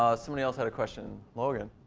ah somebody else had a question. logan.